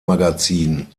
magazin